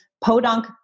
podunk